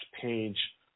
page